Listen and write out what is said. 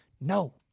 No